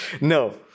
No